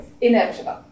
Inevitable